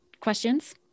questions